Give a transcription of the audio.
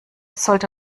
sollte